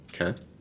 Okay